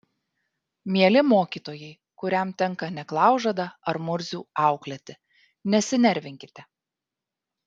mieli mokytojai kuriam tenka neklaužadą ar murzių auklėti nesinervinkite